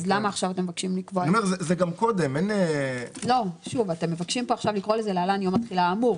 אתם מבקשים לקרוא לזה עכשיו "להלן יום התחילה האמור".